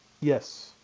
Yes